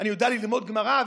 אני יודע ללמוד גמרא,